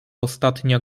ostatnia